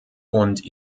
und